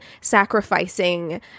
sacrificing